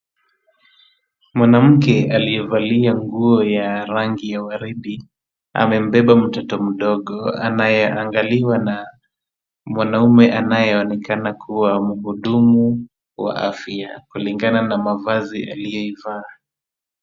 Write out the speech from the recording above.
Mwanamke aliyevalia nguo ya rangi ya waridi, amembeba mtoto mdogo anayeangaliwa na mwanaume anayeonekana kuwa muhudumu wa afya kulingana ana mavazi aliyoivaa.